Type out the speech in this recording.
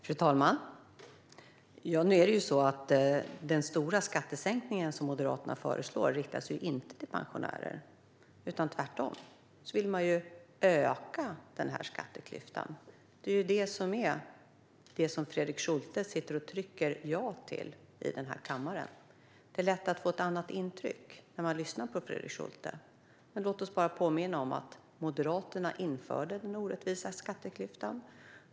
Fru talman! Nu är det ju så att den stora skattesänkning som Moderaterna föreslår inte riktas till pensionärer. Tvärtom vill Moderaterna öka skatteklyftan. Det är det som Fredrik Schulte sitter och röstar ja till i den här kammaren. Det är lätt att få ett annat intryck när man lyssnar på Fredrik Schulte, men låt oss komma ihåg att Moderaterna införde den orättvisa skatteklyftan.